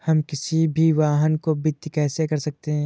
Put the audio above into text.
हम किसी भी वाहन को वित्त कैसे कर सकते हैं?